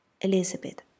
Elizabeth